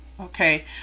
okay